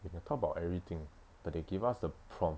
you can talk about everything but they give us the prompts